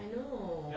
I know